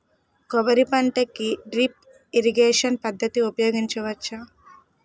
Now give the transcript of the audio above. కొబ్బరి పంట కి డ్రిప్ ఇరిగేషన్ పద్ధతి ఉపయగించవచ్చా?